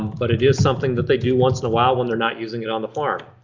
but it is something that they do once in a while when they're not using it on the farm.